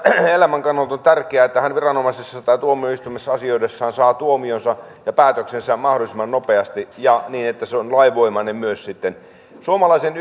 elämän kannalta on tärkeää että hän viranomaisessa tai tuomioistuimessa asioidessaan saa tuomionsa ja päätöksensä mahdollisimman nopeasti ja niin että se on sitten myös lainvoimainen suomalaisen